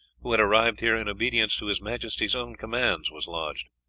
who had arrived here in obedience to his majesty's own commands, was lodged.